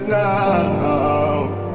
now